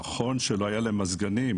נכון שלא היו להם מזגנים,